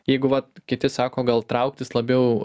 jeigu vat kiti sako gal trauktis labiau